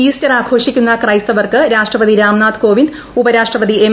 Easter ആഘോഷിക്കൂന്ന് ക്രൈസ്തവർക്ക് രാഷ്ട്രപതി രാംനാഥ് കോവിന്ദ് ഉപരാഷ്ട്രപതിട്ട് എം